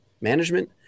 management